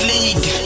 League